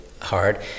hard